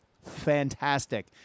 fantastic